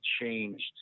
changed